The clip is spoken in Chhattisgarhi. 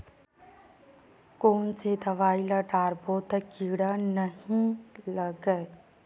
कोन से दवाई ल डारबो त कीड़ा नहीं लगय?